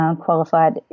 qualified